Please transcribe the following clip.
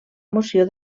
moció